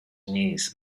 knees